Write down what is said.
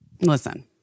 Listen